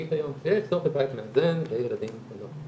השלישית-רביעית היום שיש צורך בבית מאזן לילדים ונוער.